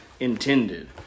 intended